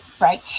right